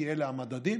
כי אלה המדדים,